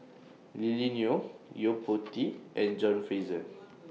Lily Neo Yo Po Tee and John Fraser